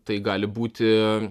tai gali būti